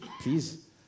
Please